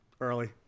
Early